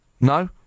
No